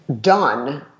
done